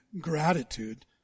gratitude